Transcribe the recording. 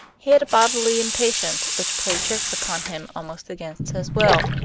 he had a bodily impatience which played tricks upon him almost against his will,